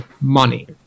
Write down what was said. money